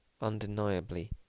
undeniably